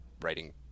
writing